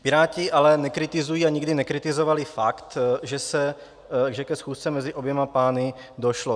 Piráti ale nekritizují a nikdy nekritizovali fakt, že ke schůzce mezi oběma pány došlo.